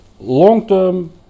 long-term